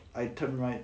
item right